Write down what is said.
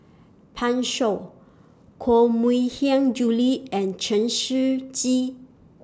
Pan Shou Koh Mui Hiang Julie and Chen Shiji